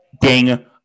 Ding